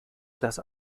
dass